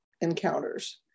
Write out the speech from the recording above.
encounters